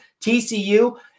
TCU